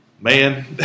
man